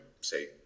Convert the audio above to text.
say